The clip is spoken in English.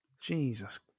Jesus